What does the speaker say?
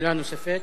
שאלה נוספת.